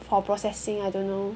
for processing I don't know